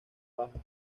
baja